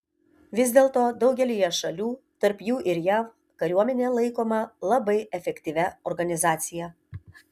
vis dėlto daugelyje šalių tarp jų ir jav kariuomenė laikoma labai efektyvia organizacija